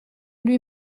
lui